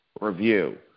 Review